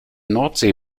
nordsee